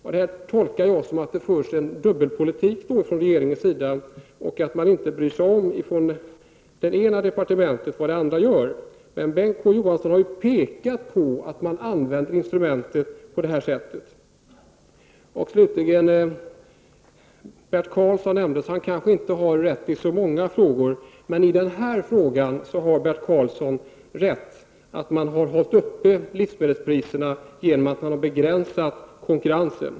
Jag tolkar detta som en ''dubbelpolitik'' från regeringens sida. Vad som görs på ett departement bryr man sig inte om på ett annat departement. Men Bengt K Å Johansson har ändå pekat på hur det här instrumentet används. Bert Karlssons namn nämndes här. Bert Karlsson har kanske inte rätt i särskilt många frågor. Men i den är frågan har han rätt. Livsmedelspriserna har alltså hållits på en hög nivå genom begränsad konkurrens.